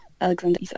Alexander